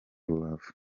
rubavu